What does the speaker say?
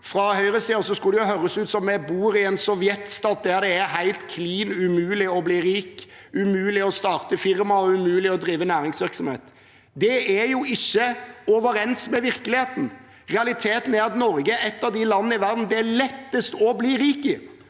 fra høyresiden, høres det ut som om vi bor i en sovjetstat der det er helt klin umulig å bli rik, umulig å starte firma og umulig å drive næringsvirksomhet. Det stemmer ikke overens med virkeligheten. Realiteten er at Norge er et av de landene i verden det er lettest å bli rik i.